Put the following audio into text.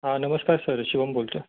हां नमस्कार सर शिवम बोलतो आहे